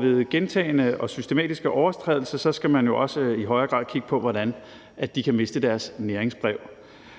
ved gentagne og systematiske overtrædelser skal man jo også i højere grad kigge på, hvordan de kan miste deres næringsbrev,